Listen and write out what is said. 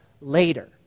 later